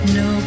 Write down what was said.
no